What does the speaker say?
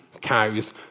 cows